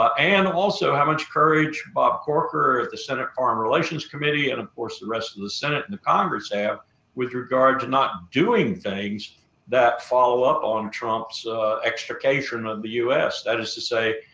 ah and also, how much courage bob corker, the senate foreign relations committee, and of course the rest of the the senate and the congress have with regard to not doing things that follow up on trump's extrication of the u s. that is to say,